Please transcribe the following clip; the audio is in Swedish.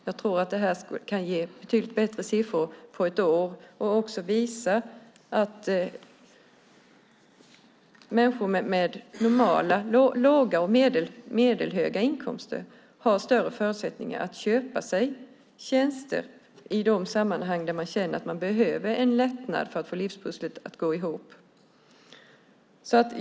Jag tror att det här kan ge betydligt bättre siffror på ett år och också visa att människor med låga och medellåga inkomster har större förutsättningar att köpa sig tjänster i de sammanhang där de behöver en lättnad för att få livspusslet att gå ihop.